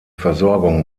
versorgung